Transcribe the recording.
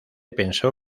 pensó